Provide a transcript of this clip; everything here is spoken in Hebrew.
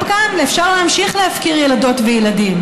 גם כאן, אפשר להמשיך להפקיר ילדות וילדים.